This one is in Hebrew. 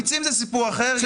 המיצים הטבעיים זה סיפור אחר.